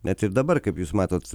net ir dabar kaip jūs matot